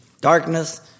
Darkness